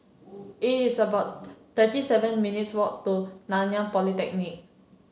it's about thirty seven minutes' walk to Nanyang Polytechnic